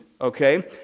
Okay